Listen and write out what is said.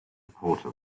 porter